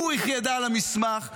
אוריך ידע על המסמך,